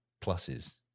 Pluses